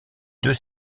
deux